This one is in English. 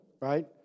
right